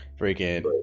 Freaking